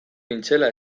nintzela